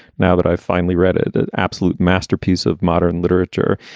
now that i've finally read it, that absolute masterpiece of modern literature,